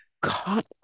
caught